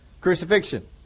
Crucifixion